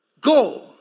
go